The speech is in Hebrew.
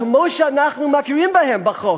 כמו שאנחנו מכירים בהם בחוק